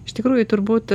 iš tikrųjų turbūt